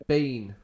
Bean